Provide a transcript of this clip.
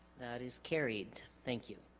that is carried thank you